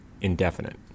indefinite